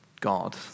God